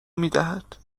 میدهد